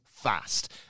Fast